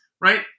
right